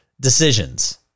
decisions